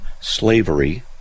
slavery